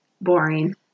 boring